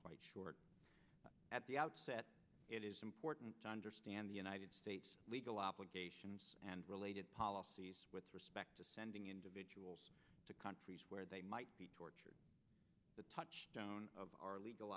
quite short at the outset it is important to understand the united states legal obligations and related policies with respect to sending individuals to countries where they might be tortured the touchstone of our legal